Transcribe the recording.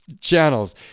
channels